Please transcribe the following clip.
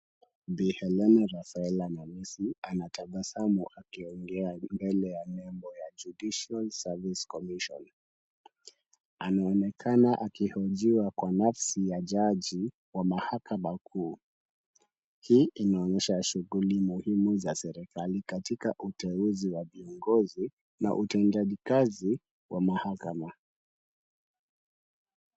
Bii Hellene Rafaela Namisi anatabasamu akiongea mbele ya nimbo ya Judicial service commission. Anaonekana akihojiwa kwa nafsi ya jaji wa mahakama kuu. Hii inaonyesha shughuli muhimu za serikali katika uteuzi wa viongozi na utendajikazi wa mahakama.